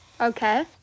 Okay